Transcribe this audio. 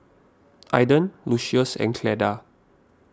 Aiden Lucious and Cleda